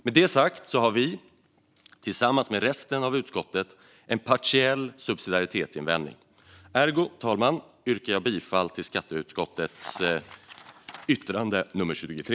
Med detta sagt har vi, tillsammans med resten av utskottet, en partiell subsidiaritetsinvändning. Ergo, herr talman, yrkar jag bifall till skatteutskottets förslag i utlåtande 23.